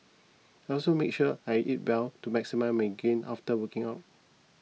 I also make sure I eat well to maximise my gain after working out